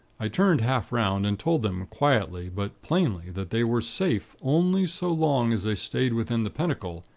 i turned half round, and told them, quietly but plainly, that they were safe only so long as they stayed within the pentacle,